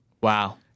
Wow